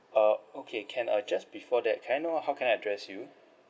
uh okay can uh just before that can I know how can I address you